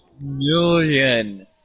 million